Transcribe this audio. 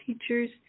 teachers